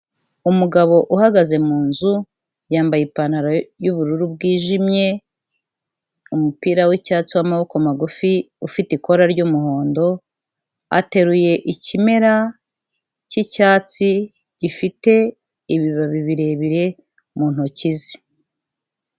Umugabo uhagaze mu nzu, yambaye ipantaro y'ubururu bwijimye, umupira w'icyatsi w'amaboko magufi ufite ikora ry'umuhondo, ateruye ikimera cy'icyatsi gifite ibibabi birebire mu ntoki ze.